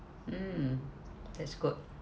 mm that's good